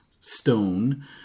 stone